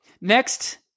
next